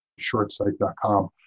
shortsite.com